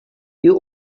you